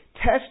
Test